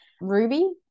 Ruby